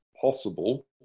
possible